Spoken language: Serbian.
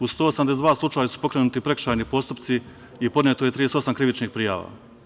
U 182 slučaja su pokrenuti prekršajni postupci i podneto je 38 krivičnih prijava.